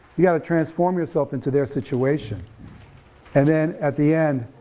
you gotta transform yourself into their situation and then at the end,